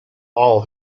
all